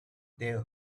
their